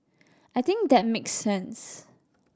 I think that makes sense